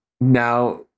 now